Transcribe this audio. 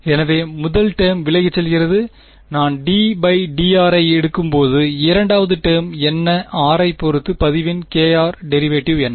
எனவே முதல் டேர்ம் விலகிச் செல்கிறது நான் d dr ஐ எடுக்கும்போது இரண்டாவது டேர்ம் என்ன r ஐப் பொறுத்து பதிவின் டெரிவேட்டிவ் என்ன